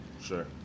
Sure